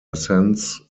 essence